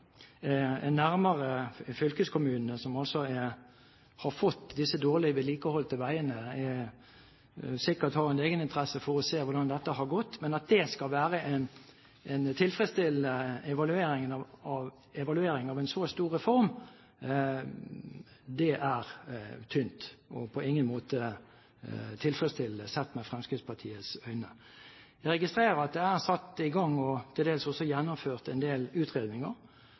nærmere fylkeskommunene, som altså har fått disse dårlig vedlikeholdte veiene, har en egeninteresse for å se hvordan dette har gått. Men at dét skal være en tilfredsstillende evaluering av en så stor reform, er tynt og på ingen måte tilfredsstillende, sett med Fremskrittspartiets øyne. Jeg registrerer at det er satt i gang – og til dels også gjennomført – en del utredninger.